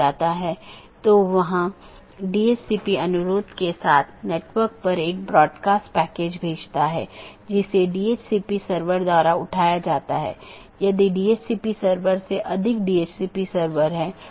मुख्य रूप से दो BGP साथियों के बीच एक TCP सत्र स्थापित होने के बाद प्रत्येक राउटर पड़ोसी को एक open मेसेज भेजता है जोकि BGP कनेक्शन खोलता है और पुष्टि करता है जैसा कि हमने पहले उल्लेख किया था कि यह कनेक्शन स्थापित करता है